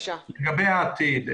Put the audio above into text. לגבי העתיד.